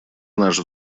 наш